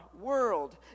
world